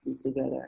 together